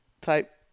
type